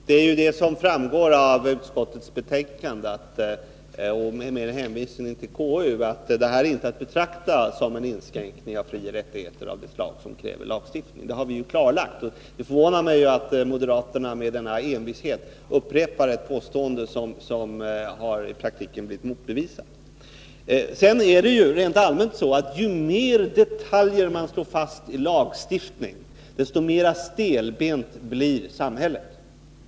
Herr talman! Det som framgår av utskottsbetänkandet — med hänvisning till konstitutionsutskottet — är att ett kårobligatorium inte är att betrakta som en inskränkning av frioch rättigheterna av det slag som kräver lagstiftning. Och det förvånar mig att moderaterna med denna envishet upprepar ett påstående som i praktiken blivit motbevisat. Rent allmänt är det så att ju fler detaljer man slår fast i lagstiftningen, desto mer stelbent blir samhället.